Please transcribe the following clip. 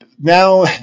Now